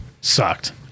sucked